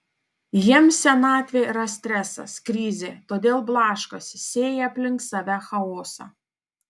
jiems senatvė yra stresas krizė todėl blaškosi sėja aplink save chaosą